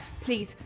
please